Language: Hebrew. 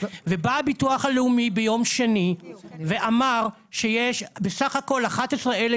ובא הביטוח הלאומי ביום שני ואמר שיש בסך הכול 11,000